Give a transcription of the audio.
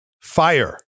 fire